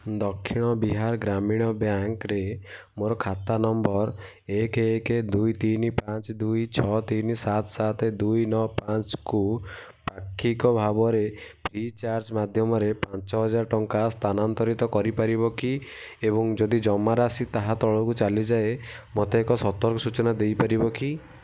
ଦକ୍ଷିଣ ବିହାର ଗ୍ରାମୀଣ ବ୍ୟାଙ୍କ୍ରେ ମୋର ଖାତା ନମ୍ବର୍ ଏକ ଏକ ଦୁଇ ତିନି ପାଞ୍ଚ ଦୁଇ ଛଅ ତିନି ସାତ ସାତ ଦୁଇ ନଅ ପାଞ୍ଚକୁ ପାକ୍ଷିକ ଭାବରେ ଫ୍ରିଚାର୍ଜ୍ ମାଧ୍ୟମରେ ପାଞ୍ଚହଜାର ଟଙ୍କା ସ୍ଥାନାନ୍ତରିତ କରିପାରିବ କି ଏବଂ ଯଦି ଜମାରାଶି ତାହା ତଳକୁ ଚାଲିଯାଏ ମୋତେ ଏକ ସତର୍କ ସୂଚନା ଦେଇପାରିବ କି